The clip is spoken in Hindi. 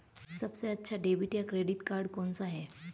सबसे अच्छा डेबिट या क्रेडिट कार्ड कौन सा है?